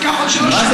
זה ייקח עוד שלוש שנים,